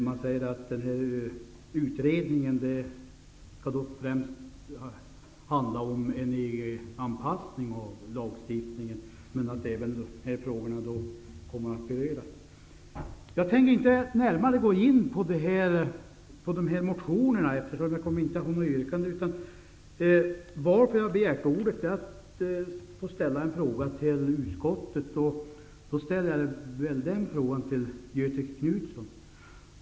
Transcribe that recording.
Man säger att utredningen främst skall gälla en EG-anpassning av lagstiftningen men att även dessa frågor skall beröras. Jag tänker inte närmare gå in på motionerna, eftersom jag inte har något yrkande. Jag begärde ordet för att få möjlighet att ställa en fråga till utskottet -- till Göthe Knutson.